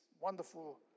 wonderful